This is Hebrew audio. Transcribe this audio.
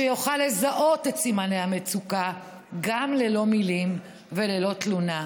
שיוכל לזהות את סימני המצוקה גם ללא מילים וללא תלונה.